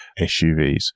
SUVs